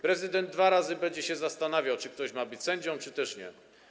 Prezydent dwa razy będzie się zastanawiał, czy ktoś ma być sędzią, czy też nie.